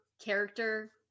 character